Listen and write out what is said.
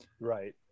Right